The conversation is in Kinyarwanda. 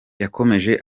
yakomeje